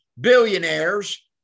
billionaires